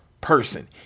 person